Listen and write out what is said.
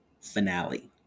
finale